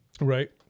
right